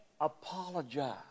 apologize